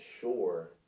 sure